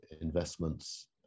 investments